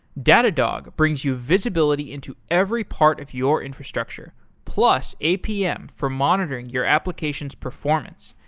datadog brings you visibility into every part of your infrastructure, plus, apm for monitoring your application's performance.